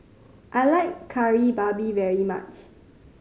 I like Kari Babi very much